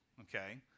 okay